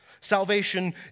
Salvation